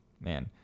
Man